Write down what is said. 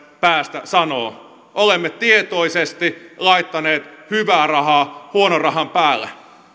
päästä sanoo olemme tietoisesti laittaneet hyvää rahaa huonon rahan päälle